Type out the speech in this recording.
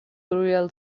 burial